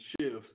shift